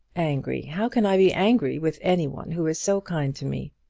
angry! how can i be angry with any one who is so kind to me?